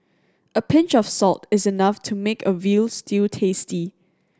a pinch of salt is enough to make a veal stew tasty